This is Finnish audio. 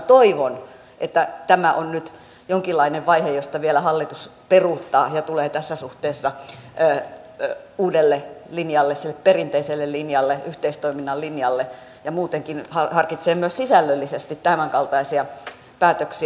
toivon että tämä on nyt jonkinlainen vaihe josta vielä hallitus peruuttaa ja tulee tässä suhteessa uudelle linjalle sille perinteiselle linjalle yhteistoiminnan linjalle ja muutenkin harkitsee myös sisällöllisesti tämänkaltaisia päätöksiä